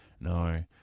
No